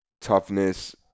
toughness